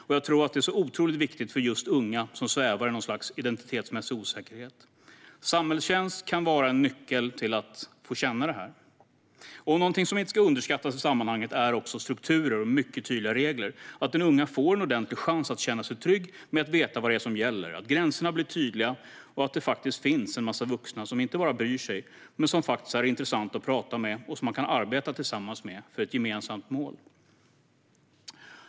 Och jag tror att det är otroligt viktigt för just unga som svävar i något slags identitetsmässig osäkerhet. Samhällstjänst kan vara en nyckel till att få känna detta. Och något som inte ska underskattas i sammanhanget är också strukturer och mycket tydliga regler, att den unga får en ordentlig chans att känna sig trygg med att veta vad det är som gäller, att gränserna blir tydliga och att det faktiskt finns en massa vuxna som inte bara bryr sig utan som faktiskt är intressanta att prata med och som man kan arbeta tillsammans med för ett gemensamt mål.